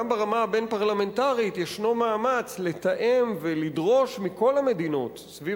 גם ברמה הבין-פרלמנטרית יש מאמץ לתאם ולדרוש מכל המדינות סביב